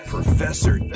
Professor